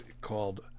called